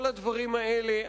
כל הדברים האלה,